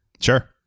Sure